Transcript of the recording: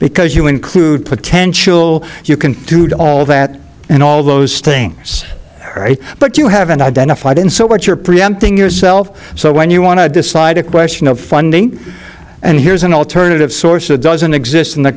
because you include potential you can do to all that and all those things but you haven't identified in so what you're preempting yourself so when you want to decide a question of funding and here's an alternative source that doesn't exist in the